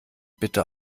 bitte